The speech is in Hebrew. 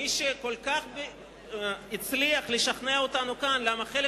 למי שכל כך הצליח לשכנע אותנו כאן למה חלק